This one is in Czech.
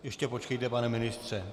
Ještě počkejte, pane ministře.